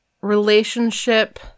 relationship